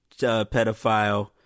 pedophile